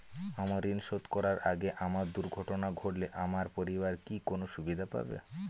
আমার ঋণ শোধ করার আগে আমার দুর্ঘটনা ঘটলে আমার পরিবার কি কোনো সুবিধে পাবে?